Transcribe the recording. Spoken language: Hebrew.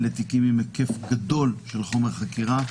אלה תיקים עם היקף גדול של חומר חקירה,